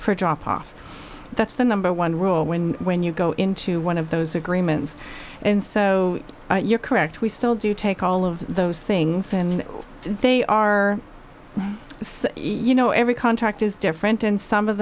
a drop off that's the number one rule when when you go into one of those agreements and so you're correct we still do take all of those things and they are so you know every contract is different and some of